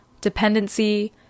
dependency